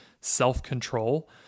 self-control